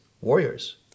warriors